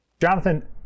Jonathan